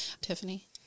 Tiffany